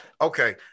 okay